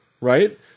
right